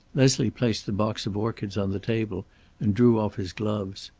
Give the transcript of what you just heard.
leslie placed the box of orchids on the table and drew off his gloves.